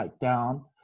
down